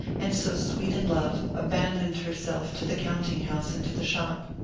and so sweet in love, abandoned herself to the counting-house and to the shop.